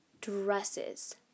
dresses